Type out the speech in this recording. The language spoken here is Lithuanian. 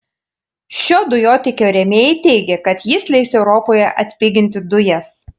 šio dujotiekio rėmėjai teigia kad jis leis europoje atpiginti dujas